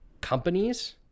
companies